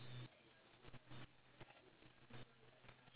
ya keep your head up lah like it's gonna get better